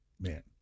Man